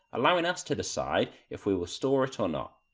allowing us to decide if we will store it or not.